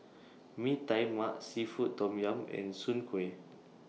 Mee Tai Mak Seafood Tom Yum and Soon Kway